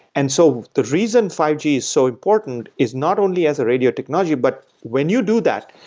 and so the reason five g is so important is not only as a radio technology, but when you do that,